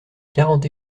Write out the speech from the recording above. quarante